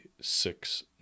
six